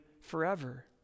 forever